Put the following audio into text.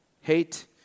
Hate